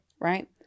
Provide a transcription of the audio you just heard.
Right